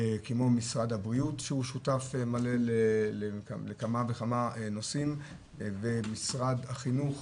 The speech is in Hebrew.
כמו משרד הבריאות שהוא שותף מלא לכמה וכמה נושאים ומשרד החינוך,